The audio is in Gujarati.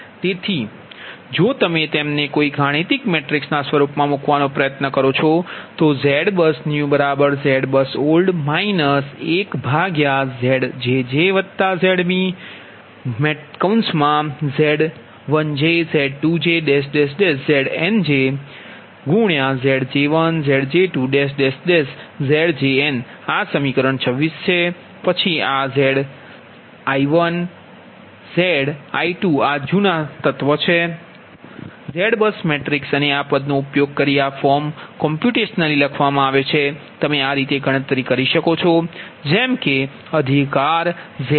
તેથી જો તમે તેમને કોઈ ગાણિતિક મેટ્રિક્સ સ્વરૂપમાં મૂકવાનો પ્રયત્ન કરો છો તો ZBUSNEWZBUSOLD 1ZjjZbZ1j Z2j Zij Znj Zj1 Zj2 Zjn પછી આ Zi1 Zi2આ જૂના તત્વ છે ZBUS મેટ્રિક્સ અને આ પદનો ઉપયોગ કરી આ ફોર્મ કૉમ્પ્યુટેશનલી લખવામાં આવ્યા છે તમે આ રીતે ગણતરી કરી શકો છો